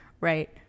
right